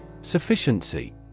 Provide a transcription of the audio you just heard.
Sufficiency